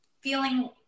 feeling